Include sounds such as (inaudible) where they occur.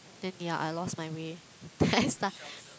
then ya I lost my way then (laughs) I start